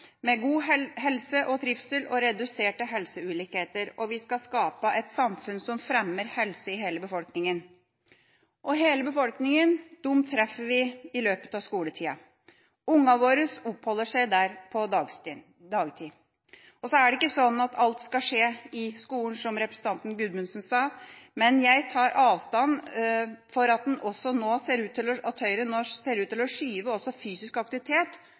med lengst levealder oppleve flere leveår med god helse og trivsel og reduserte helseulikheter skape et samfunn som fremmer helse i hele befolkninga «Hele befolkninga» treffer vi i løpet av skoletida. Ungene våre oppholder seg på skolen på dagtid. Det er ikke sånn at alt skal skje i skolen, som representanten Gudmundsen sa, men jeg tar avstand fra at Høyre nå ser ut til å skyve fysisk aktivitet